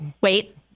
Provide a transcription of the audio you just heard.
Wait